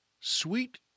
Sweet